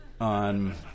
on